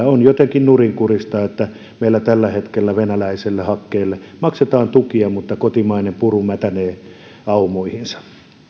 on jotenkin nurinkurista että meillä tällä hetkellä venäläiselle hakkeelle maksetaan tukia mutta kotimainen puru mätänee aumoihinsa